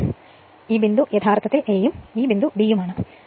ഈ ബിന്ദു യഥാർഥത്തിൽ a യും ഈ ബിന്ദു bയും ആണ്